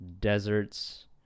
deserts